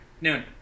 Noon